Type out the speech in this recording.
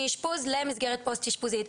מאישפוז למסגרת פוסט אישפוזית.